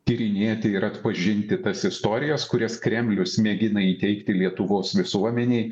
tyrinėti ir atpažinti tas istorijas kurias kremlius mėgina įteigti lietuvos visuomenei